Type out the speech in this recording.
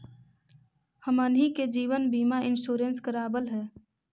हमनहि के जिवन बिमा इंश्योरेंस करावल है?